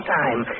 time